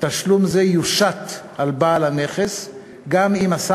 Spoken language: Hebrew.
תשלום זה יושת על בעל הנכס גם אם עשה